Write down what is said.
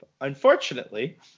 unfortunately